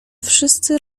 wszyscy